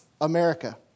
America